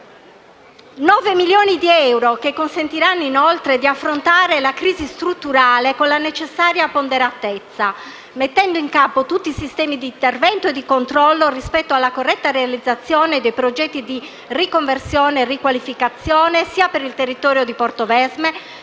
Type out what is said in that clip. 9 milioni di euro consentiranno di affrontare la crisi strutturale con la necessaria ponderatezza, mettendo in campo tutti i sistemi di intervento e di controllo rispetto alla corretta realizzazione dei progetti di riconversione e riqualificazione sia per il territorio di Portovesme,